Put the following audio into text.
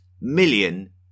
million